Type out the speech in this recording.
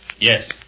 yes